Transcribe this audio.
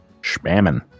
Spamming